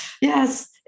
Yes